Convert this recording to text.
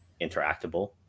interactable